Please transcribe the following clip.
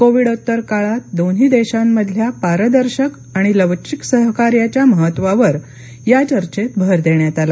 कोविडोत्तर काळात दोन्ही देशांमधल्या पारदर्शक आणि लवचिक सहकार्याच्या महत्त्वावर चर्चेत भर देण्यात आला